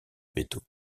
veto